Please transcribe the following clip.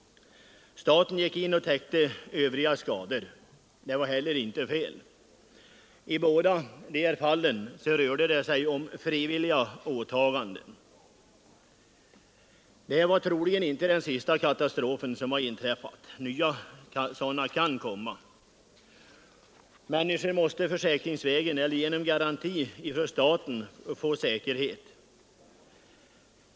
Staten gick in och täckte övriga skadekostnader, och det var heller inte fel. I båda de här fallen rörde det sig om frivilliga åtaganden. Detta var troligen inte den sista katastrof som inträffar. Nya sådana kan komma. Människor måste försäkringsvägen eller genom garanti från staten få säkerhet.